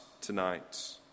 tonight